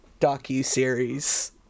docuseries